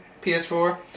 PS4